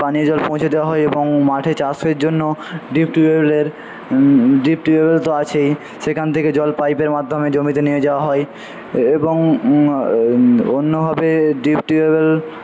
পানীয় জল পৌঁছে দেওয়া হয় এবং মাঠে চাষের জন্য ডিপ টিউবওয়েলের ডিপ টিউবওয়েল তো আছেই সেইখান থেকে জল পাইপের মাধ্যমে জমিতে নিয়ে যাওয়া হয় এবং অন্যভাবে ডিপ টিউবওয়েল